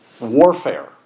warfare